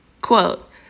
Quote